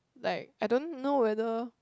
like I don't know whether